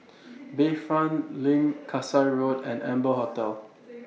Bayfront LINK Kasai Road and Amber Hotel